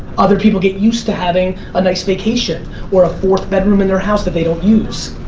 other people get used to having a nice vacation or a fourth bedroom in their house that they don't use.